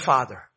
Father